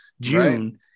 June